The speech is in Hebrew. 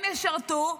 הם ישרתו,